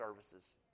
services